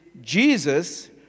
Jesus